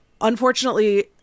unfortunately